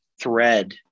thread